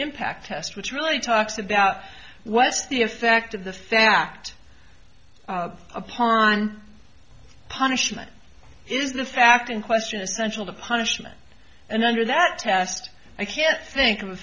impact test which really talks about what's the effect of the fact upon punishment is the fact in question essential to punishment and under that test i can't think of a